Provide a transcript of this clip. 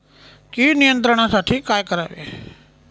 कीड नियंत्रणासाठी काय करावे?